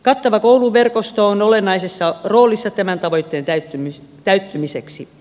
kattava kouluverkosto on olennaisessa roolissa tämän tavoitteen täyttymiseksi